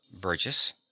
Burgess